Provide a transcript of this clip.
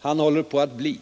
han håller på att bli?